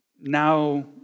now